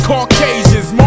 Caucasians